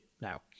now